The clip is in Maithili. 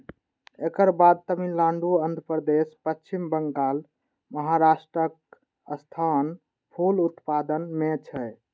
एकर बाद तमिलनाडु, आंध्रप्रदेश, पश्चिम बंगाल, महाराष्ट्रक स्थान फूल उत्पादन मे छै